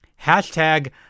Hashtag